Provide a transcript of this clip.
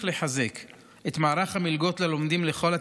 לחזק את מערך המלגות ללומדים לכל התארים,